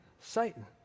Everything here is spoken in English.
Satan